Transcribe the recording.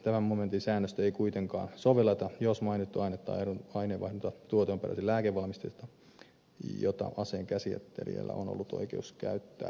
tämän momentin säännöstä ei kuitenkaan sovelleta jos mainittu aine tai aineenvaihduntatuote on peräisin lääkevalmisteesta jota aseen käsittelijällä on ollut oikeus käyttää